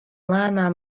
lēnām